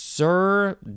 Sir